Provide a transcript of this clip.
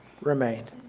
remained